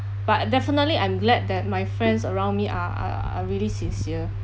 but definitely I'm glad that my friends around me are are are really sincere